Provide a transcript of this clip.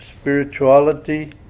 spirituality